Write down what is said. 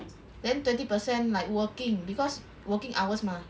then twenty percent like working because working hours mah